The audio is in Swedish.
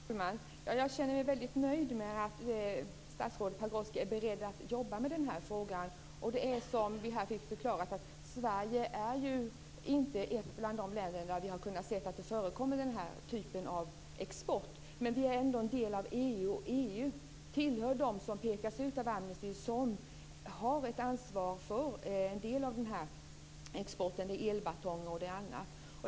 Fru talman! Jag känner mig väldigt nöjd med att statsrådet Pagrotsky är beredd att jobba med den här frågan. Det är som vi här fick förklarat. Sverige är inte ett av de länder där vi har kunnat se att det förekommer den här typen av export. Men vi är ändå en del av EU, och EU hör till dem som pekas ut av Amnesty och har ett ansvar för en del av exporten. Det gäller elbatonger och annat.